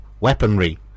weaponry